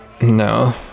No